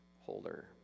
holder